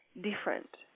different